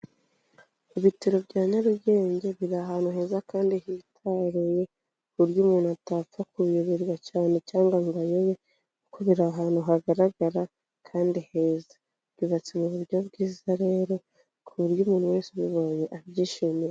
Ibitaro bya Nyarugenge biri ahantu heza kandi hitaruye, ku buryo umuntu atapfa kubiyoberwa cyane cyangwa ngo ayobe, kuko biri ahantu hagaragara kandi heza. Byubatse mu buryo bwiza rero, ku buryo umuntu wese ubibonye abyishimira.